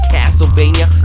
Castlevania